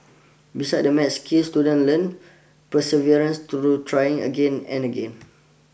beside the math skill student learn perseverance through trying again and again